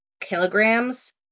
kilograms